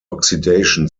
oxidation